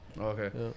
okay